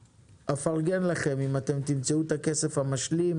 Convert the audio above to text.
אפרגן לכם אם אתם תמצאו את הכסף המשלים,